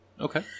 Okay